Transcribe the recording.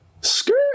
screw